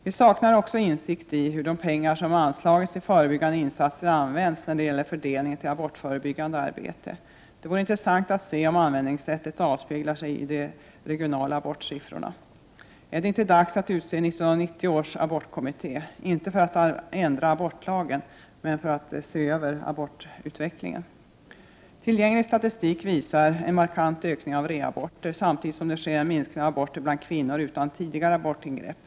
Vi saknar också insikt om hur de pengar som anslagits till förebyggande insatser används när det gäller fördelningen till abortförebyggande arbete. Det vore intressant att se om användningssättet avspeglar sig i de regionala abortsiffrorna. Ärdetinte dags att utse 1990 års abortkommitté, inte för att ändra abortlagen, men för att se över abortutvecklingen? Tillgänglig statistik visar en markant ökning av reaborter, samtidigt som det sker en minskning av aborter bland kvinnor utan tidigare abortingrepp.